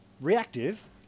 reactive